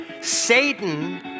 Satan